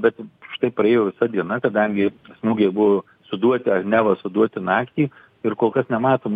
bet štai praėjo visa diena kadangi smūgiai buvo suduoti ar neva suduoti naktį ir kol kas nematom